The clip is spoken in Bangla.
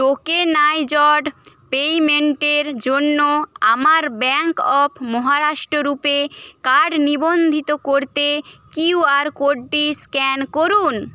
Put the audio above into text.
টোকেনাইজড পেমেন্টের জন্য আমার bank of Maharashtra RuPay card নিবন্ধিত করতে কিউ আর কোডটি স্ক্যান করুন